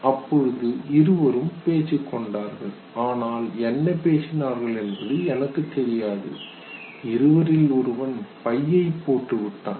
அப்போது இருவரும் பேசிக்கொண்டார்கள் ஆனால் என்ன பேசினார்கள் என்பது எனக்கு தெரியாது இருவரில் ஒருவன் பையை போட்டுவிட்டான்